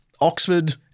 Oxford